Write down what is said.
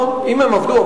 נכון, אם הם עבדו 35 שנה.